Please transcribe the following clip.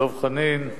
דב חנין,